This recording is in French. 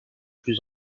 plus